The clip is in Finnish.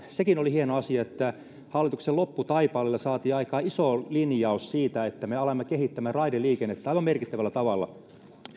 sekin oli hieno asia että hallituksen lopputaipaleella saatiin aika iso linjaus siitä että me alamme kehittämään raideliikennettä aivan merkittävällä tavalla